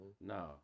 No